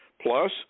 plus